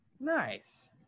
Nice